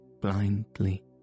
blindly